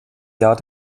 jahr